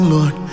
Lord